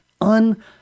un